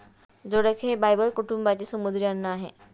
जोडक हे बायबल कुटुंबाचे समुद्री अन्न आहे